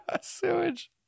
sewage